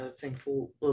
thankful